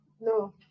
No